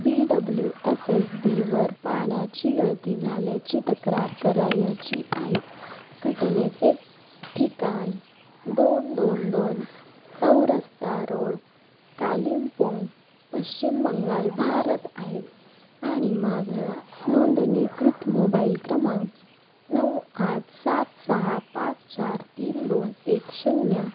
बी W S S बीवर पाण्याची गळती झाल्याची तक्रार करायची आहे घटनेचे ठिकाण दोन दोन दोन चौरस्ता रोड कालिमपोंग पश्चिम बंगाल भारत आहे आणि माझा नोंदणीकृत मोबाइल क्रमांक नऊ आठ सात सहा पाच चार तीन दोन एक शून्य